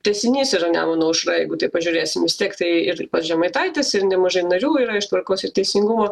tęsinys yra nemuno aušra jeigu taip pažiūrėsim vis tiek tai ir pats žemaitaitis ir nemažai narių yra iš tvarkos ir teisingumo